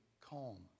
calm